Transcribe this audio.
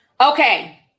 Okay